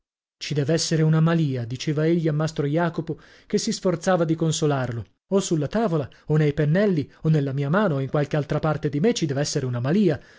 ci dev'essere una malìa diceva egli a mastro jacopo che si sforzava di consolarlo o sulla tavola o nei pennelli o nella mia mano o in qualche altra parte di me ci dev'esser una malia